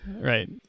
right